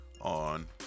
on